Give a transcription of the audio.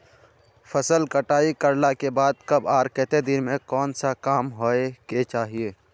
फसल कटाई करला के बाद कब आर केते दिन में कोन सा काम होय के चाहिए?